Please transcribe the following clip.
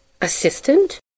assistant